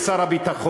עם שר הביטחון,